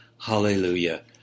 Hallelujah